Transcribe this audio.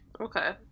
Okay